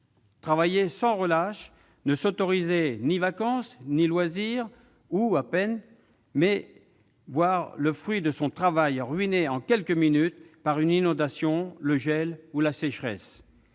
Travailler sans relâche, ne s'autoriser ni vacances ni loisirs ou à peine, voir le fruit de son travail ruiné en quelques minutes par une inondation, le gel ou la sécheresse,